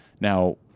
now